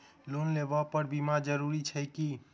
Loan लेबऽ पर बीमा जरूरी छैक की?